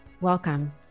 welcome